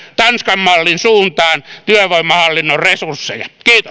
tanskan mallin suuntaan työvoimahallinnon resursseja